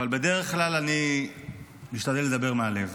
אבל בדרך כלל אני משתדל לדבר מהלב.